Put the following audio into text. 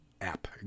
app